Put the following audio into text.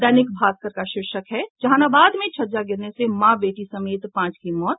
दैनिक भास्कर का शीर्षक है जहानाबाद में छज्जा गिरने से मां बेटी समेत पांच की मौत